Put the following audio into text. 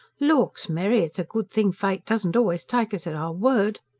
lauks, mary, it's a good thing fate doesn't always take us at our word.